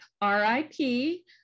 R-I-P